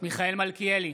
מיכאל מלכיאלי,